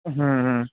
হুম হুম